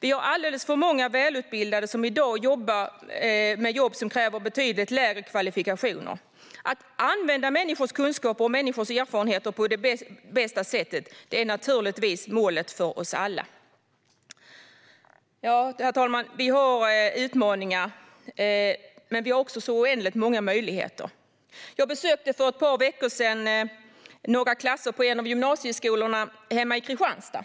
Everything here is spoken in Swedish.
Vi har alldeles för många välutbildade som i dag jobbar med saker som kräver betydligt lägre kvalifikationer. Att använda människors kunskaper och erfarenheter på bästa sätt är målet för oss alla. Herr talman! Vi har utmaningar, men vi har också oändligt många möjligheter. Jag besökte för ett par veckor sedan några klasser på en av gymnasieskolorna hemma i Kristianstad.